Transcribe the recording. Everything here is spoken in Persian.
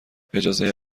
اجازه